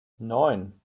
neun